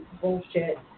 bullshit